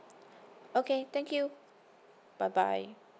okay thank you bye bye